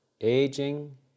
aging